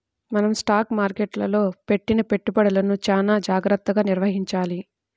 మనం స్టాక్ మార్కెట్టులో పెట్టిన పెట్టుబడులను చానా జాగర్తగా నిర్వహించాలి